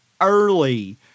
early